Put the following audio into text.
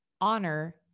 honor